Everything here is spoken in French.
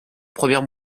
première